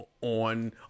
on